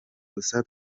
gusa